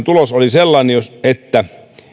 tulos oli sellainen että